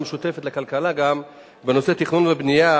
המשותפת לכלכלה גם בנושא תכנון ובנייה,